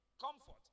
Comfort